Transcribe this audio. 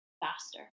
faster